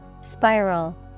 Spiral